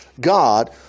God